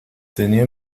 tenía